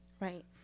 Right